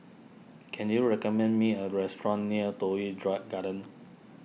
can you recommend me a restaurant near Toh Yi dry Garden